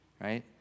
right